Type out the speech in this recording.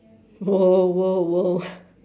!whoa! !whoa! !whoa!